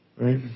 right